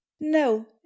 no